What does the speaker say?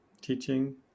teaching